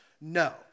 No